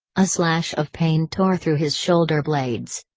a slash of pain tore through his shoulder blades.